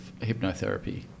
hypnotherapy